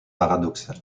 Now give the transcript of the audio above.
paradoxal